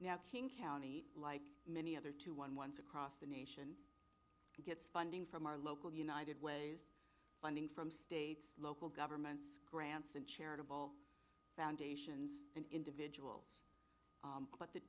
s king county like many other to one once across the nation get funding from our local united way funding from state local governments grants and charitable foundations and individual but the